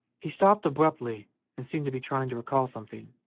he stopped abruptly and seemed to be trying to recall something,